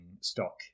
stock